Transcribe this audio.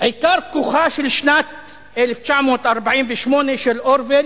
עיקר כוחה של שנת 1984 של אורוול